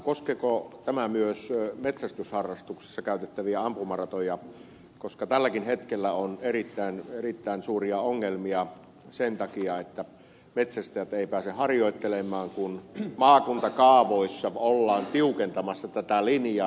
koskeeko tämä myös metsästysharrastuksessa käytettäviä ampumaratoja koska tälläkin hetkellä on erittäin suuria ongelmia sen takia että metsästäjät eivät pääse harjoittelemaan kun maakuntakaavoissa ollaan tiukentamassa tätä linjaa